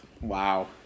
Wow